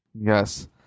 Yes